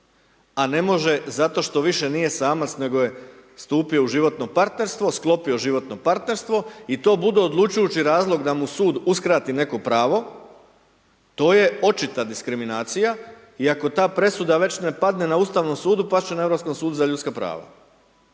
a ne može zato što više nije samac nego je stupio u životno partnerstvo, sklopio životno partnerstvo i to bude odlučujući razlog da mu sud uskrati neko pravo, to je očita diskriminacija i ako ta presuda već ne padne na Ustavnom sudu, past će na Europskom sudu za ljudska prava.